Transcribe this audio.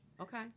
Okay